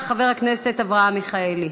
חבר הכנסת אברהם מיכאלי,